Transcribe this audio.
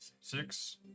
Six